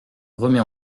remet